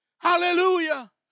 Hallelujah